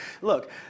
Look